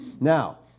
Now